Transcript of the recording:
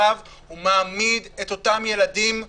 מלחמה עשינו על האטרקציות של אילת בהבניה של שיקול הדעת,